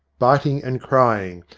biting and crying,